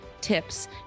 tips